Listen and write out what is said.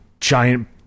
giant